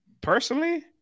Personally